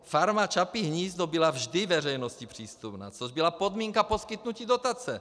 Farma Čapí hnízdo byla vždy veřejnosti přístupná, což byla podmínka poskytnutí dotace.